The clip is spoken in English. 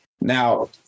Now